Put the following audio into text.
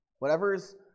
whatever's